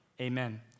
amen